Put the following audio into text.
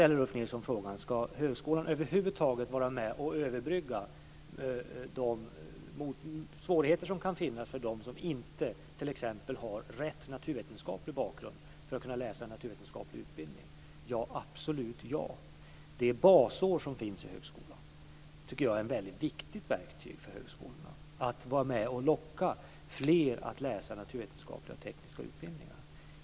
Ulf Nilsson frågade om högskolan över huvud taget ska vara med och överbrygga de svårigheter som kan finnas för dem som t.ex. inte har rätt naturvetenskaplig bakgrund för att kunna läsa en naturvetenskaplig utbildning. Svaret är absolut ja. Det basår som finns i högskolorna är i mitt tycke ett väldigt viktigt verktyg för att locka fler att läsa naturvetenskapliga och tekniska utbildningar.